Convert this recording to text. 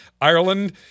Ireland